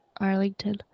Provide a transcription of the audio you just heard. Arlington